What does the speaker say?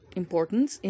importance